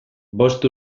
bost